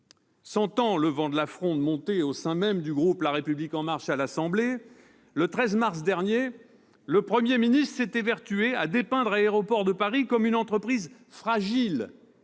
Sentant le vent de la fronde monter au sein même du groupe La République En Marche à l'Assemblée nationale, le 13 mars dernier, le Premier ministre s'est évertué à dépeindre Aéroports de Paris comme une entreprise fragile,